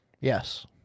Yes